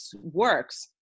works